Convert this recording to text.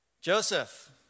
Joseph